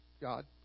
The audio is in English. God